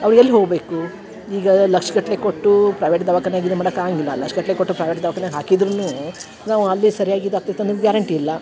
ಅವ್ರ ಎಲ್ಲಿ ಹೋಗಬೇಕು ಈಗ ಲಕ್ಷಗಟ್ಟಲೆ ಕೊಟ್ಟು ಪ್ರೈವೇಟ್ ದವಖಾನೆಗೆ ಇದ್ದು ಮಾಡಾಕೆ ಆಗಂಗಿಲ್ಲ ಲಕ್ಷಗಟ್ಟಲೆ ಕೊಟ್ಟು ಪ್ರೈವೇಟ್ ದಖಾನೆಗೆ ಹಾಕಿದ್ದರೂನು ನಾವು ಅಲ್ಲೇ ಸರ್ಯಾಗಿ ಇದು ಆಗ್ತೈತನ ಗ್ಯಾರಂಟಿ ಇಲ್ಲ